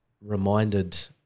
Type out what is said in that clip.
reminded